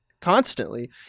constantly